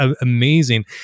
amazing